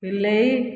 ବିଲେଇ